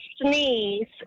sneeze